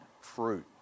fruit